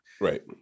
right